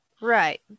Right